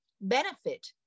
benefit